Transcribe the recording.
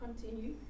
continue